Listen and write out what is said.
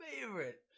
favorite